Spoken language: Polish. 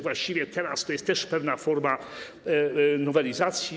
Właściwie teraz to też jest pewna forma nowelizacji.